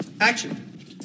Action